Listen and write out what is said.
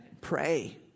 pray